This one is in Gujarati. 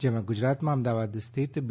જેમાં ગુજરાતમાં અમદાવાદ સ્થિત બી